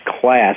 class